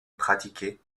pratiqué